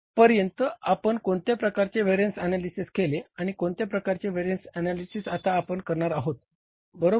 आता पर्यंत आपण कोणत्या प्रकारचे व्हेरिअन्स ऍनालिसिस केले आणि कोणत्या प्रकारचे व्हेरिअन्स ऍनालिसिस आता आपण करणार आहोत बरोबर